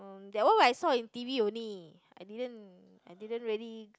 that one when I saw in T_V only I didn't I didn't really